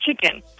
chicken